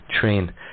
train